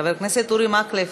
חבר הכנסת אורי מקלב?